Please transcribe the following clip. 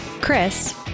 Chris